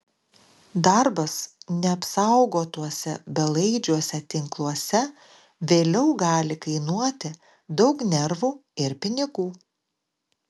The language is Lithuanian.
darbas neapsaugotuose belaidžiuose tinkluose vėliau gali kainuoti daug nervų ir pinigų